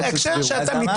בהקשר של עילת הסבירות.